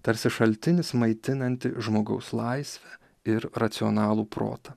tarsi šaltinis maitinanti žmogaus laisvę ir racionalų protą